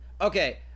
Okay